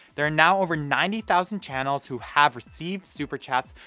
there are now over ninety thousand channels who have received super chats,